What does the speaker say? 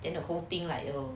then the whole thing like you know